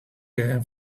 and